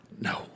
No